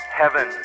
heaven